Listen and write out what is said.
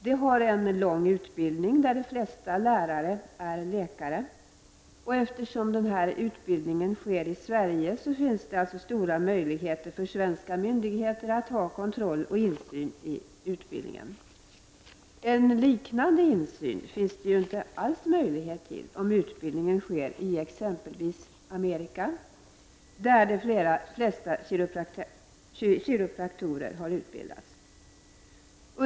De har en lång utbildning, där de flesta lärare är läkare, och eftersom denna utbildning sker i Sverige finns det stora möjligheter för svenska myndigheter att ha kontroll över och insyn i utbildningen. En liknande insyn finns det ju inte alls möjlighet till om utbildningen sker i exempelvis Amerika, där de flesta chiropraktorer har utbildats.